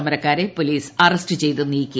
സമരക്കാരെ police arrest ചെയ്തു നീക്കി